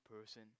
person